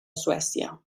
suècia